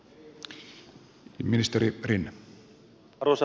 arvoisa puhemies